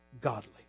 godly